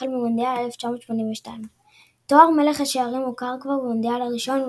החל ממונדיאל 1982. תואר מלך השערים הוכר כבר במונדיאל הראשון,